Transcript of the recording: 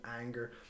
anger